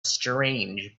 strange